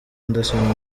anderson